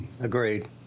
Agreed